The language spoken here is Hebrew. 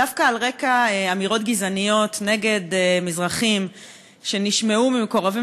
דווקא על רקע אמירות גזעניות נגד מזרחים שנשמעו ממקורבים